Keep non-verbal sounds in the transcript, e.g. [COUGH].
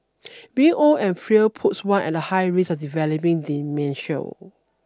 [NOISE] being old and frail puts one at a high risk of developing dementia